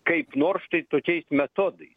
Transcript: kaip nors tai tokiais metodais